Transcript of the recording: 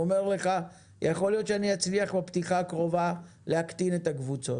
הוא אומר לך: יכול להיות שאצליח בפתיחה הקרובה להקטין את הקבוצות.